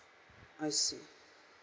I see